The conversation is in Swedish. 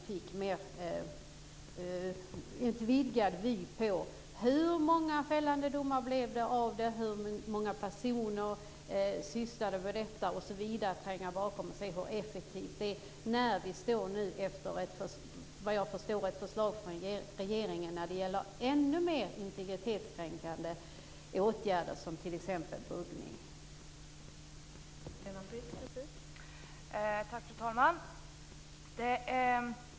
Fru talman!